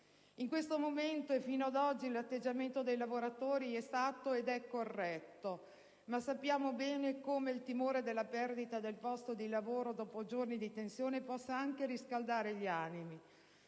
In questo momento, e fino ad oggi, l'atteggiamento dei lavoratori è stato ed è corretto, ma sappiamo bene come il timore della perdita del posto di lavoro dopo giorni di tensione possa anche riscaldare gli animi.